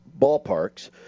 ballparks